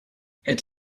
het